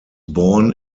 born